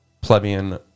Plebeian